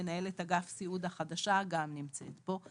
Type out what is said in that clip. מנהלת אגף סיעוד החדשה גם נמצאת פה,